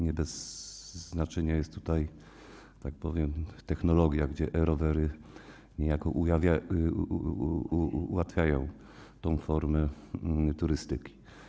Nie bez znaczenia jest tutaj, że tak powiem, technologia, e-rowery niejako ułatwiają tę formę turystyki.